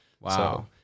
Wow